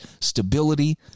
stability